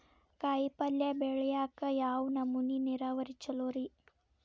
ಕಾಯಿಪಲ್ಯ ಬೆಳಿಯಾಕ ಯಾವ ನಮೂನಿ ನೇರಾವರಿ ಛಲೋ ರಿ?